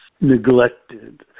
neglected